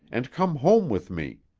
and come home with me.